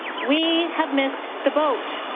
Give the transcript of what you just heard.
we have missed the boat.